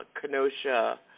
Kenosha